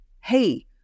hey